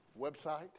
website